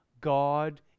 God